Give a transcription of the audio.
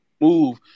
move